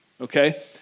okay